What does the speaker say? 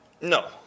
No